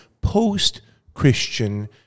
post-Christian